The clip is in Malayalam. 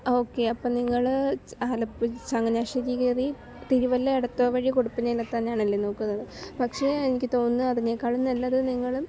ഓക്കേ അപ്പം നിങ്ങൾ ആലപ്പുഴ ചങ്ങനാശ്ശേരി കയറി തിരുവല്ല എടത്ത്വാ വഴി കൊടപ്പനയിലെത്താനാണല്ലേ നോക്കുന്നത് പക്ഷെ എനിക്കു തോന്നുന്നത് അതിനേക്കാളും നല്ലതു നിങ്ങളും